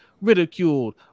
ridiculed